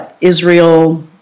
Israel